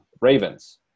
Ravens